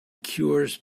cures